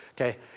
okay